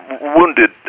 wounded